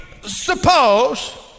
suppose